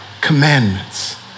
commandments